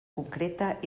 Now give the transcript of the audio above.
concreta